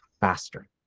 faster